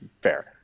fair